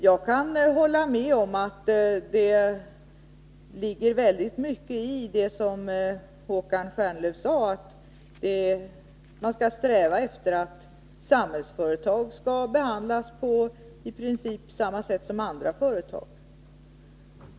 Jag kan hålla med om att det ligger mycket i det som Håkan Stjernlöf sade, heter att underrätta Samhälls att vi skall sträva efter att Samhällsföretag behandlas på i princip samma sätt som andra företag.